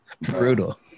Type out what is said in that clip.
Brutal